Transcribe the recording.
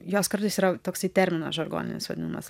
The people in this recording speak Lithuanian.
jos kartais yra toksai terminas žargoninis vadinamas